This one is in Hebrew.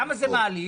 למה זה מעליב?